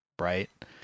right